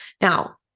Now